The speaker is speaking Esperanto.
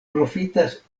profitas